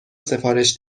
سفارش